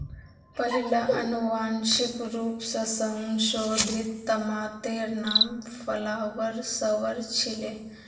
पहिला अनुवांशिक रूप स संशोधित तमातेर नाम फ्लावर सवर छीले